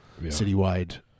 citywide